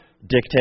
dictate